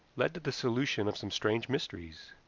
led to the solution of some strange mysteries,